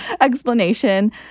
explanation